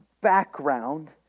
background